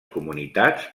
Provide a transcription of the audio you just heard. comunitats